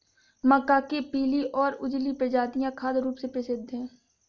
मक्का के पीली और उजली प्रजातियां खाद्य रूप में प्रसिद्ध हैं